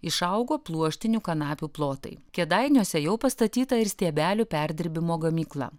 išaugo pluoštinių kanapių plotai kėdainiuose jau pastatyta ir stiebelių perdirbimo gamykla